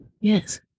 yes